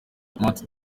matt